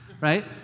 right